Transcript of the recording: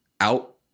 out